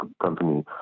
company